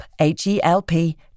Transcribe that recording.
H-E-L-P